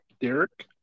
Derek